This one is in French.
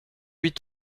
huit